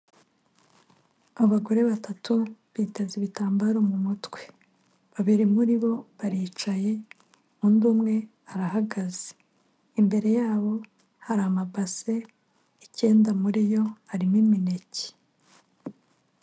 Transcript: Abagore batatu biteze ibitambaro mu mutwe. Babiri muri bo baricaye, undi umwe arahagaze. Imbere yabo hari amabase, icyenda muri yo arimo imineke.